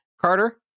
Carter